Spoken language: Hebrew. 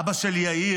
אבא של יאיר,